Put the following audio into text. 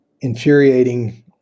infuriating